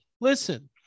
Listen